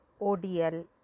ODL